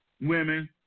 women